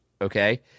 Okay